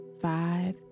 five